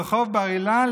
ברחוב בר אילן,